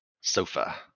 sofa